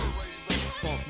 Fuck